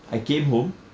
I came home